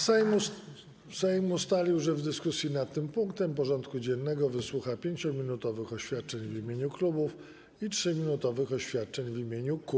Sejm ustalił, że w dyskusji nad tym punktem porządku dziennego wysłucha 5-minutowych oświadczeń w imieniu klubów i 3-minutowych oświadczeń w imieniu kół.